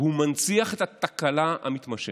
והוא מנציח את התקלה המתמשכת,